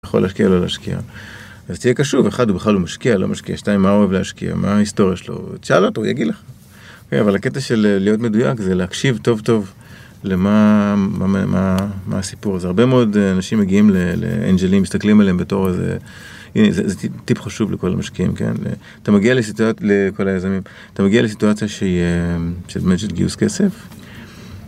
יכול להשקיע, לא להשקיע, אז תהיה קשור, אחד הוא בכלל משקיע, לא משקיע, שתיים, מה הוא אוהב להשקיע, מה ההיסטוריה שלו, תשאל אותו, הוא יגיד לך. אבל הקטע של להיות מדויק זה להקשיב טוב-טוב למה הסיפור הזה, הרבה מאוד אנשים מגיעים לאנג'לים, מסתכלים עליהם בתור איזה טיפ חשוב לכל המשקיעים, אתה מגיע לכל הזה... לסיטואציה שזה באמת גיוס כסף.